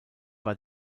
war